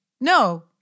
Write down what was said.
no